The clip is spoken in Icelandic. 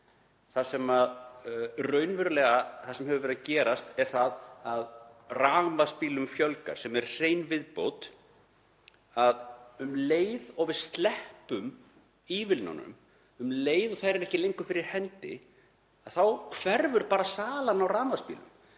orkuskipti — það sem hefur verið að gerast er það að rafmagnsbílum fjölgar, sem er hrein viðbót, og um leið og við sleppum ívilnunum, um leið og þær eru ekki lengur fyrir hendi þá hverfur salan á rafmagnsbílum.